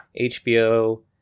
HBO